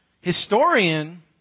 historian